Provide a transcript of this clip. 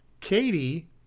Katie